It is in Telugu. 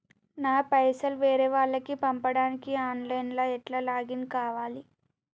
నా పైసల్ వేరే వాళ్లకి పంపడానికి ఆన్ లైన్ లా ఎట్ల లాగిన్ కావాలి?